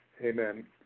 Amen